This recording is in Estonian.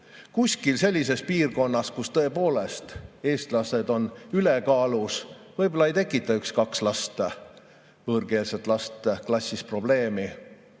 Kuskil sellises piirkonnas, kus tõepoolest eestlased on ülekaalus, võib-olla ei tekita üks kuni kaks võõrkeelset last klassis probleemi.